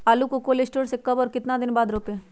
आलु को cold store से ले के कब और कितना दिन बाद रोपे?